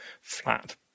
flat